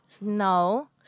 No